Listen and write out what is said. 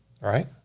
Right